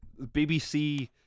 bbc